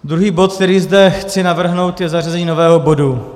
Druhý bod, který zde chci navrhnout, je zařazení nového bodu.